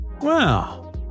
Wow